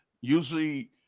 Usually